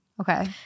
Okay